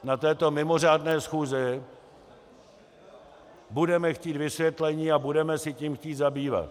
Na této mimořádné schůzi budeme chtít vysvětlení a budeme se tím chtít zabývat.